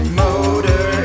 motor